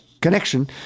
connection